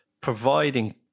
providing